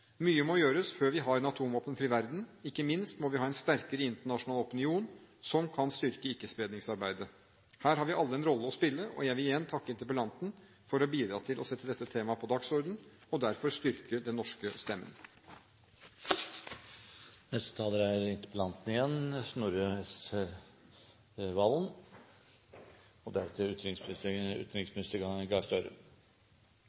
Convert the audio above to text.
Mye må gjøres før vi har en atomvåpenfri verden, ikke minst må vi ha en sterkere internasjonal opinion som kan styrke ikke-spredningsarbeidet. Her har vi alle en rolle å spille, og jeg vil igjen takke interpellanten for å bidra til å sette dette temaet på dagsordenen – og dermed styrke den norske stemmen. Det er